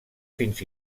fins